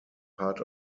part